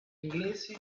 inglesi